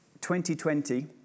2020